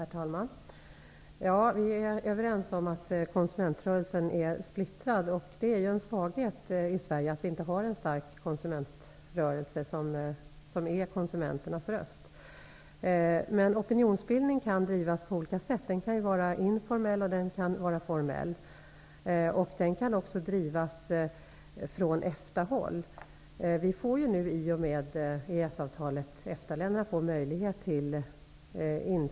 Herr talman! Vi är överens om att konsumentrörelsen är splittrad, och det är en svaghet att vi i Sverige inte har en stark konsumentrörelse, som skulle kunna vara konsumenternas röst. Opinionsbildning kan emellertid drivas på olika sätt. Den kan vara informell och formell. Den kan också drivas från EFTA-håll. I och med EES avtalet får EFTA-länderna möjlighet till insyn.